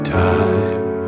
time